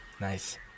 Nice